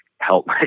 help